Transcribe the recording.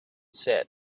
said